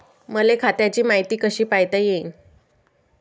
मले खात्याची मायती कशी पायता येईन?